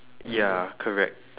ya correct